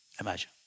Imagine